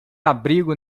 abrigo